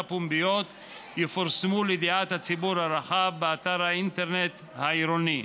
פומביות יפורסמו לידיעת הציבור הרחב באתר האינטרנט העירוני.